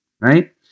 right